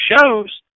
shows